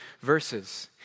verses